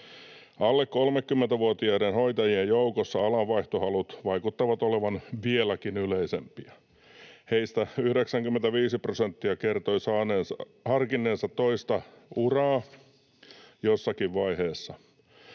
Alle 30-vuotiaiden hoitajien joukossa alanvaihtohalut vaikuttavat olevan vieläkin yleisempiä. Heistä 95 prosenttia kertoi harkinneensa toista uraa jossakin vaiheessa.